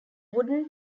wooden